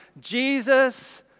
Jesus